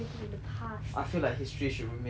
I feel like history should remain history